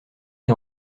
qui